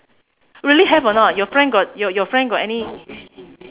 really have or not your friend got your your friend got any